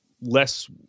less